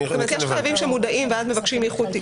יש חייבים שמודעים, ואז מבקשים איחוד תיקים.